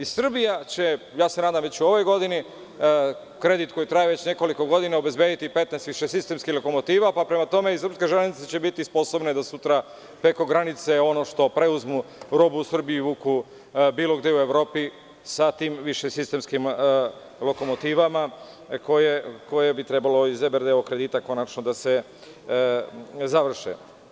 I Srbija će, ja se nadam već u ovoj godini kredit koji traje već nekoliko godina obezbediti 15 višesistemskih lokomotiva, pa prema tome i srpske železnice će biti sposobne da sutra preko granice ono što preuzmu robu u Srbiji i vuku bilo gde u Evropi sa tim višesistemskim lokomotivama, koje bi trebalo iz IBRD kredita konačno da se završe.